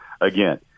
again